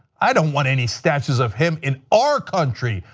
i do want any statues of him in our country.